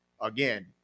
Again